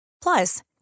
Plus